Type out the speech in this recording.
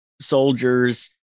soldiers